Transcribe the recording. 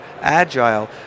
agile